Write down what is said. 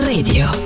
Radio